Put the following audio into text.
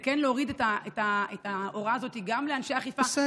כן להוריד את ההוראה הזאת גם לאנשי האכיפה,